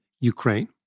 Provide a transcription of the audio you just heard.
Ukraine